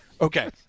Okay